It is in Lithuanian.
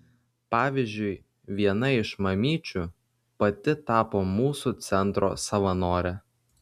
pavyzdžiui viena iš mamyčių pati tapo mūsų centro savanore